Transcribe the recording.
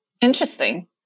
Interesting